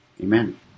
Amen